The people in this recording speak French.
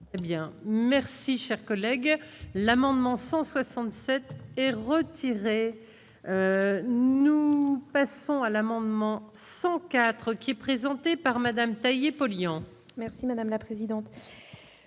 Eh bien, merci, cher collègue. L'amendement 167 retiré, nous passons à l'amendement 104 qui est présenté par Madame Paul y en. Merci madame la présidente,